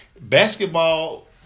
basketball